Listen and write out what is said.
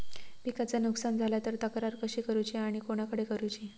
पिकाचा नुकसान झाला तर तक्रार कशी करूची आणि कोणाकडे करुची?